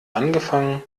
angefangen